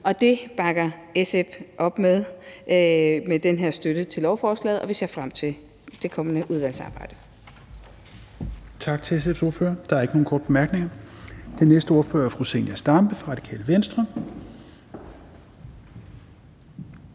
og det bakker SF op om med den her støtte til lovforslaget. Vi ser frem til det kommende udvalgsarbejde.